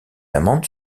amandes